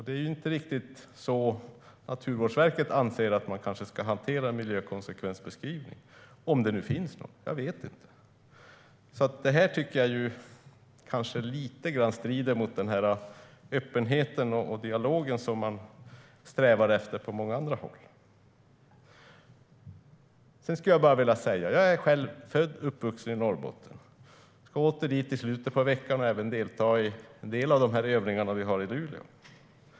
Det är kanske inte riktigt så Naturvårdsverket anser att man ska hantera en miljökonsekvensbeskrivning - om det nu finns någon. Jag vet inte. Detta tycker jag alltså lite grann strider mot den öppenhet och dialog man strävar efter på många andra håll. Jag är själv född och uppvuxen i Norrbotten. Jag åker dit i slutet av veckan och kommer även att delta i en del av övningarna i Luleå.